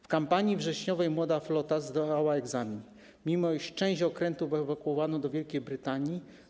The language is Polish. W kampanii wrześniowej młoda flota zdała egzamin, mimo że część okrętów ewakuowano do Wielkiej Brytanii.